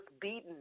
beaten